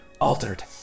altered